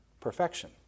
perfection